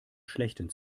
schlechten